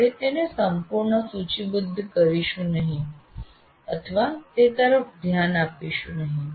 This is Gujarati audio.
આપણે તેને સંપૂર્ણ સૂચિબદ્ધ કરીશું નહીં અથવા તે તરફ ધ્યાન આપીશું નહીં